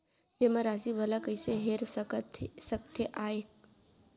जेमा राशि भला कइसे हेर सकते आय?